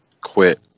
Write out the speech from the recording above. quit